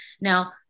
Now